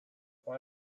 why